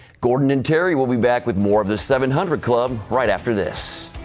gordon and terry will be back with more of the seven hundred club right after this.